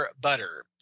butter